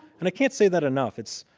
and i can't say that enough. it's